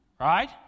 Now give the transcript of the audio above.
Right